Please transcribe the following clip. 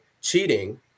cheating